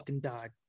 died